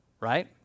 right